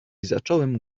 zacząłem